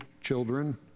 children